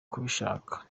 kubishaka